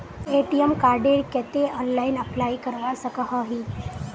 ATM कार्डेर केते online apply करवा सकोहो ही?